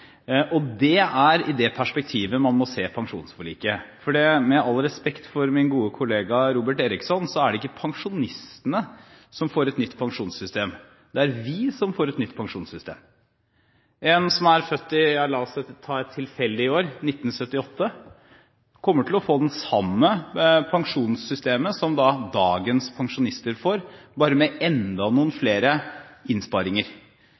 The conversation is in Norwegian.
Det er i det perspektivet man må se pensjonsforliket, for – med all respekt for min gode kollega Robert Eriksson – det er ikke pensjonistene som får et nytt pensjonssystem; det er vi som får et nytt pensjonssystem. En som er født i – la oss ta et tilfeldig år – 1978, kommer til å få det samme pensjonssystemet som dagens pensjonister får, bare med enda noen flere innsparinger.